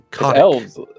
Elves